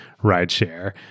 rideshare